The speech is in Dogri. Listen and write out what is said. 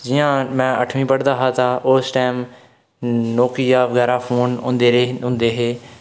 जि'यां में अठमीं पढ़दा हा तां उस टैम नोकिया बगैरा फोन होंदे रेह् होंदे हे